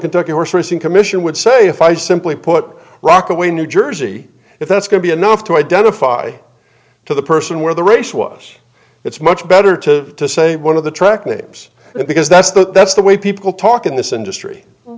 kentucky horse racing commission would say if i simply put rockaway in new jersey if that's going to be enough to identify to the person where the race was it's much better to say one of the track tapes because that's the that's the way people talk in this industry w